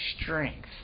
strength